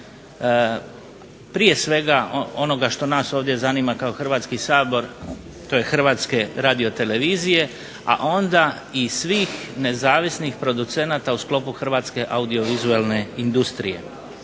prije svega onoga što nas ovdje zanima kao Hrvatski sabor to je Hrvatske radiotelevizije, a onda i svih nezavisnih producenata u sklopu hrvatske audiovizualne industrije.